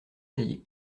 cahier